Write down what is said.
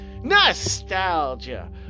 nostalgia